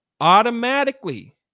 automatically